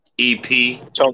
EP